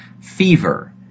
fever